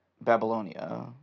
Babylonia